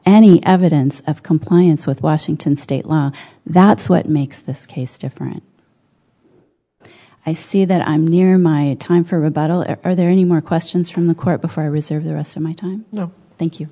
any evidence of compliance with washington state law that's what makes this case different i see that i'm nearer my time for rebuttal and are there any more questions from the court before i reserve the rest of my time thank